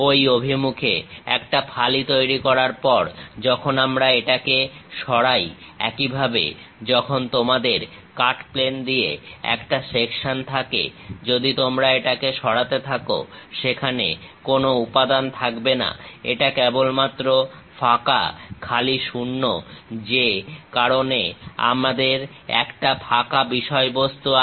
ঐ অভিমুখে একটা ফালি তৈরি করার পর যখন আমরা এটাকে সরাই একইভাবে যখন তোমাদের কাট প্লেন দিয়ে একটা সেকশন থাকে যদি তোমরা এটাকে সরাতে থাকো সেখানে কোন উপাদান থাকবে না এটা কেবলমাত্র ফাঁকা খালি শূন্য যে কারণে আমাদের একটা ফাঁকা বিষয়বস্তু আছে